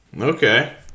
Okay